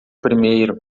primeiro